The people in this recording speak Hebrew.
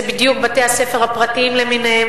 זה בדיוק בתי-הספר הפרטיים למיניהם,